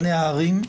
הערים,